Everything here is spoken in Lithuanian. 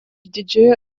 didžiojo